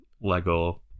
Lego